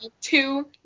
two